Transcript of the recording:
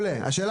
עד שלא